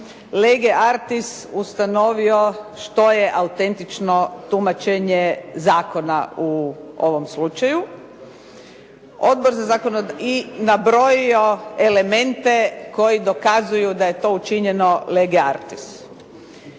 lege artis ustanovio što je autentično tumačenje zakona u ovom slučaju i nabrojio elemente koji dokazuju da je to učinjeno lege artis.